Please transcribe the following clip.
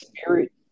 spirit